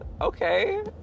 okay